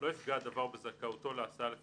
עוד לא ייצרנו את המסלול.